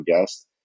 guest